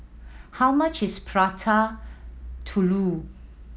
how much is Prata Telur